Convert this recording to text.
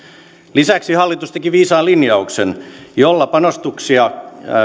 lisäksi hallitus teki viisaan linjauksen jolla panostuksia